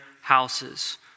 houses